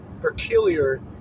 peculiar